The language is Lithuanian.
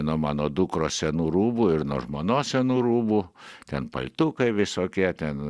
nuo mano dukros senų rūbų ir nuo žmonos senų rūbų ten paltukai visokie ten